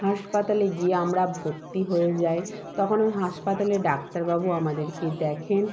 হাসপাতালে গিয়ে আমরা ভর্তি হয়ে যাই তখন ওই হাসপাতালের ডাক্তারবাবু আমাদেরকে দেখেন